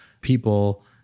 people